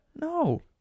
No